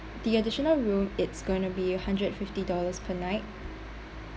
the additional room it's going to be hundred fifty dollars per night